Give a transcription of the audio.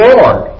Lord